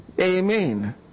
Amen